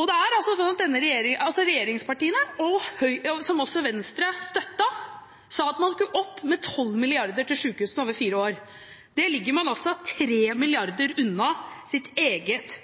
Det var regjeringspartiene, som også Venstre støttet, som sa at man skulle opp med 12 mrd. kr til sykehusene over fire år. Det ligger man altså 3 mrd. kr unna – sitt eget